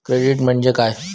Credit म्हणजे काय?